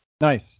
Nice